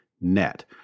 net